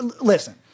listen